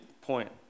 point